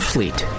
Fleet